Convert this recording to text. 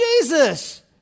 Jesus